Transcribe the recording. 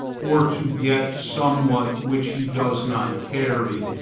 or to get somewhat which he does not carry,